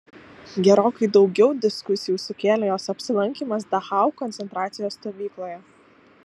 gerokai daugiau diskusijų sukėlė jos apsilankymas dachau koncentracijos stovykloje